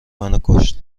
منوکشت